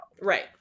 Right